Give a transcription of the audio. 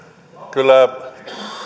kyllä